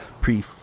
pre-